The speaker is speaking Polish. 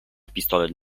pistolet